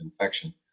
infection